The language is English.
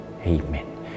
Amen